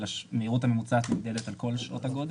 אלא המהירות הממוצעת נמדדת על פני כל שעות הגודש.